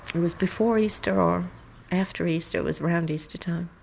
it was before easter or after easter, it was around easter time,